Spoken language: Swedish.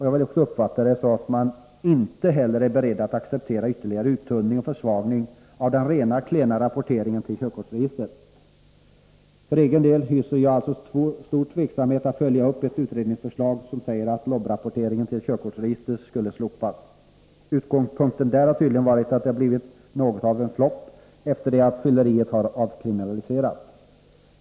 Jag vill också uppfatta det som att man inte heller är beredd att acceptera ytterligare uttunning och försvagning av den redan klena rapporteringen till körkortsregistret. För egen del hyser jag alltså stor tveksamhet till att följa upp ett utredningsförslag som säger att LOB-rapporteringen till körkortsregistret skulle slopas. Utgångspunkten där har tydligen varit att det har blivit något av en flopp efter det att fylleriet har avkriminaliserats.